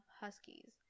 huskies